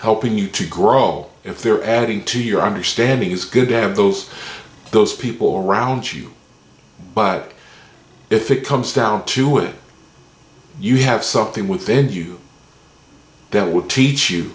helping you to grow if they're adding to your understanding is good to have those those people around you but if it comes down to it you have something within you that would teach you